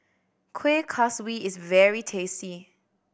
Kueh Kaswi is very tasty